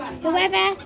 whoever